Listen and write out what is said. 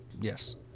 yes